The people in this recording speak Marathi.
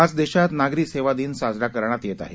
आज देशात नागरी सेवा दिन साजरा करण्यात येत आहे